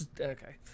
Okay